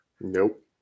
Nope